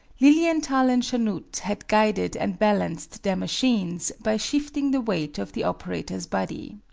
lilienthal and chanute had guided and balanced their machines, by shifting the weight of the operator's body.